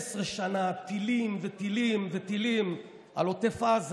12 שנה טילים וטילים וטילים על עוטף עזה.